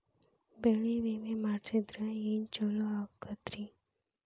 ಬೆಳಿ ವಿಮೆ ಮಾಡಿಸಿದ್ರ ಏನ್ ಛಲೋ ಆಕತ್ರಿ?